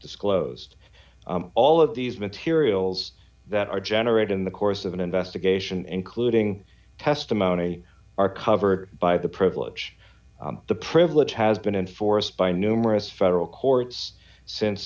disclosed all of these materials that are generated in the course of an investigation including testimony are covered by the privilege the privilege has been enforced by numerous federal courts since